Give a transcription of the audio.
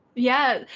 yeah,